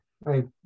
right